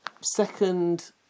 second